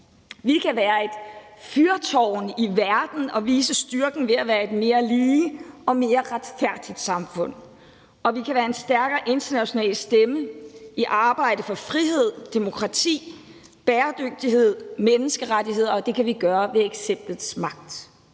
Vi kan være et fyrtårn i verden og vise styrken ved at være et mere lige og mere retfærdigt samfund. Og vi kan være en stærkere international stemme i arbejdet for frihed, demokrati, bæredygtighed og menneskerettigheder, og det kan vi gøre ved eksemplets magt.